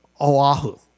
Oahu